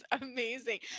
amazing